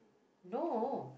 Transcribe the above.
no